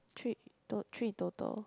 three to~ three total